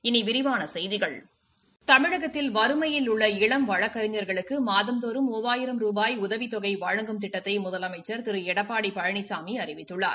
இனி விரிவான செய்திகள் தமிழகத்தில் வறுமையில் உள்ள இளம் வழக்கறிஞர்களுக்கு மாதந்தோறும் மூவாயிரம் ரூபாய் உதவித்தொகை வழங்கும் திட்டத்தை முதலமைச்சள் திரு எடப்பாடி பழனிசாமி அறிவித்துள்ளார்